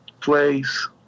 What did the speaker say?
place